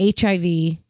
HIV